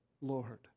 Lord